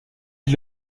est